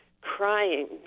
crying